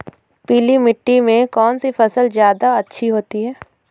पीली मिट्टी में कौन सी फसल ज्यादा अच्छी होती है?